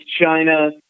China